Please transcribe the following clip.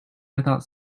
without